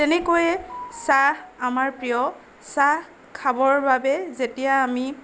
তেনেকৈয়ে চাহ আমাৰ প্ৰিয় চাহ খাবৰ বাবে যেতিয়া আমি